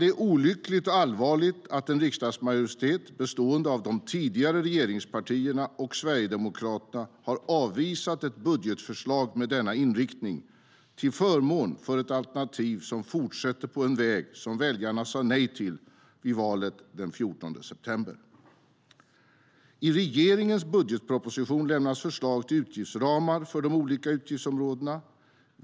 Det är olyckligt och allvarligt att en riksdagsmajoritet bestående av de tidigare regeringspartierna och Sverigedemokraterna har avvisat ett budgetförslag med den inriktningen till förmån för ett alternativ som fortsätter på en väg som väljarna sa nej till i valet den 14 september.I regeringens budgetproposition lämnas förslag till utgiftsramar för de olika utgiftsområdena.